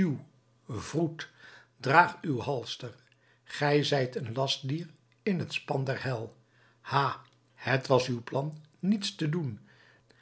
wroet draag uw halster gij zijt een lastdier in het span der hel ha het was uw plan niets te doen